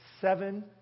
Seven